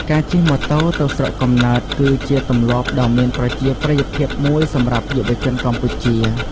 ការជិះម៉ូតូទៅស្រុកកំណើត គឺជាទម្លាប់ដ៏មានប្រជាប្រិយភាពមួយសម្រាប់យុវជនកម្ពុជា។